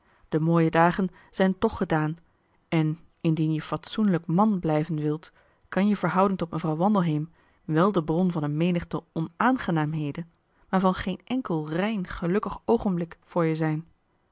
de mooie dagen zijn toch gedaan en indien je fatsoenlijk man blijven wilt kan je verhouding tot mevrouw wandelheem wel de bron van een menigte onaangenaamheden maar van geen enkel rein gelukkig oogenblik voor je zijn